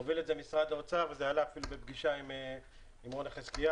הוביל את זה משרד האוצר וזה עלה אפילו בפגישה עם רוני חזקיה